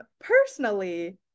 personally